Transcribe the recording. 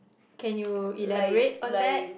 can you elaborate on that